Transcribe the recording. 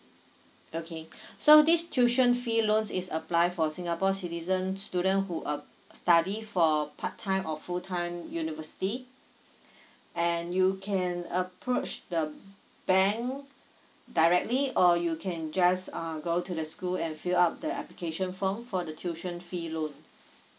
okay so this tuition fee loans is apply for singapore citizen student who uh study for part time or full time university and you can approach the bank directly or you can just uh go to the school and fill up the application form for the tuition fee loan